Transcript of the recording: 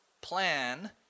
plan